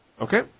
Okay